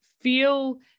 feel